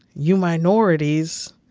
you minorities.